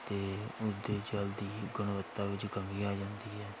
ਅਤੇ ਉੱਥੇ ਜਲ ਦੀ ਗੁਣਵੱਤਾ ਵਿੱਚ ਕਮੀ ਆ ਜਾਂਦੀ ਹੈ